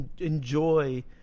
Enjoy